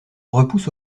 repousse